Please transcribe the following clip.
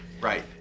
Right